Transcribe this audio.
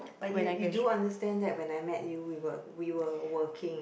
but you you do understand that when I met you we were we were working